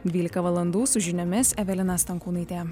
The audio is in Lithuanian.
dvylika valandų su žiniomis evelina stankūnaitė